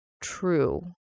true